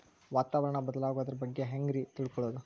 ವಾತಾವರಣ ಬದಲಾಗೊದ್ರ ಬಗ್ಗೆ ಹ್ಯಾಂಗ್ ರೇ ತಿಳ್ಕೊಳೋದು?